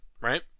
right